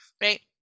Right